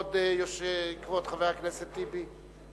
כבוד חבר הכנסת טיבי.